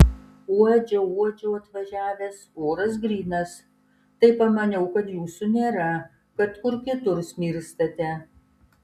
uodžiau uodžiau atvažiavęs oras grynas tai pamaniau kad jūsų nėra kad kur kitur smirstate